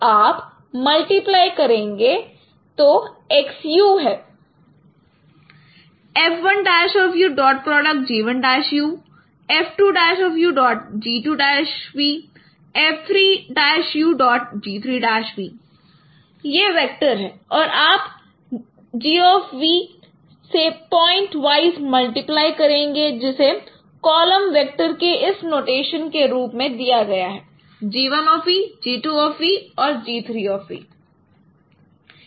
आप मल्टीप्लाई करेंगे तो Xᵤ है यह वेक्टर है और आप G से पॉइंट वाइज मल्टिप्लाई करेंगे जिसे कॉलम वेक्टर के इस नोटेशन के रूप में दिया गया है